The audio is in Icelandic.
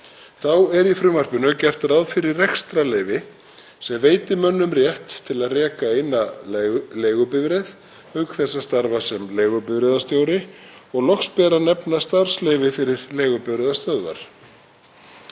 Þá er í frumvarpinu gert ráð fyrir rekstrarleyfi sem veiti mönnum rétt til að reka eina leigubifreið auk þess að starfa sem leigubifreiðastjóri og loks ber að nefna starfsleyfi fyrir leigubifreiðastöðvar.